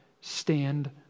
Stand